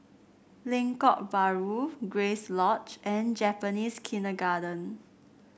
Lengkok Bahru Grace Lodge and Japanese Kindergarten